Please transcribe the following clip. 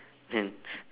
then